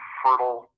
fertile